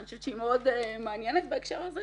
שאני חושבת שהיא מאוד מעניינת בהקשר הזה,